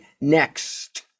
next